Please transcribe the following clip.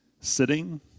sitting